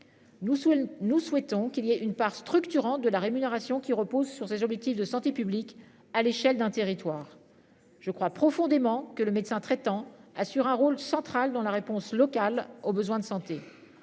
nous souhaitons qu'il y ait une part structurant de la rémunération qui repose sur ses objectifs de santé publique à l'échelle d'un territoire. Je crois profondément que le médecin traitant, assure un rôle central dans la réponse locale aux besoins de santé.